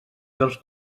dels